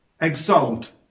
exalt